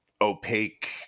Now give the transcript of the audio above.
opaque